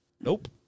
Nope